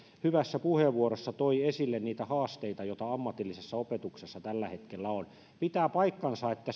hyvässä puheenvuorossa toi esille niitä haasteita joita ammatillisessa opetuksessa tällä hetkellä on pitää paikkansa että